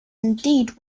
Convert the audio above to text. indeed